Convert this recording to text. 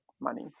money